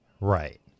Right